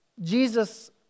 Jesus